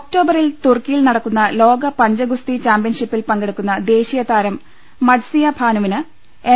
ഒക്ടോബറിൽ തുർക്കിയിൽ നടക്കുന്ന ലോക പഞ്ച ഗുസ്തി ചാമ്പ്യൻഷിപ്പിൽ പങ്കെടുക്കുന്ന ദേശീയതാരം മജ്സിയ ഭാനുവിന് എം